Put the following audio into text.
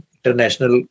International